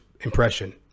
impression